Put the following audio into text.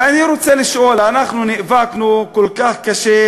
ואני רוצה לשאול: אנחנו נאבקנו כל כך קשה